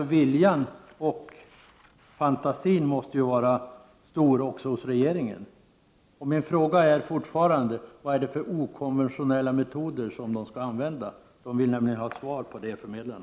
Men viljan och fantasin måste vara stor också hos regeringen. Jag vidhåller min fråga: Vad är det för okonventionella metoder som arbetsförmedlarna skall använda? De vill nämligen ha svar på den.